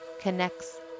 connects